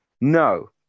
No